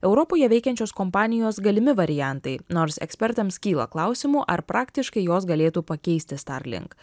europoje veikiančios kompanijos galimi variantai nors ekspertams kyla klausimų ar praktiškai jos galėtų pakeisti starlink